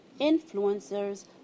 Influencers